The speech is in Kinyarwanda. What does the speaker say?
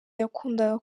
yakundaga